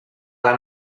alla